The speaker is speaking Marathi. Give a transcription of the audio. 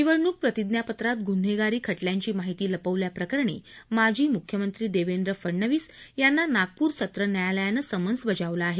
निवडणूक प्रतिज्ञापत्रात गुन्हेगारी खटल्यांची माहिती लपवल्याप्रकरणी माजी मुख्यमंत्री देवेंद्र फडणवीस यांना नागपूर सत्र न्यायालयानं समन्स बजावलं आहे